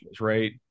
right